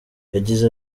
yagize